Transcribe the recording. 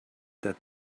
that